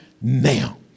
now